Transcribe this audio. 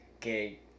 ...que